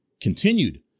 Continued